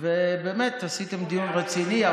ובאמת עשיתם דיון רציני,